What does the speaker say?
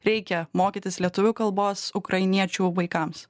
reikia mokytis lietuvių kalbos ukrainiečių vaikams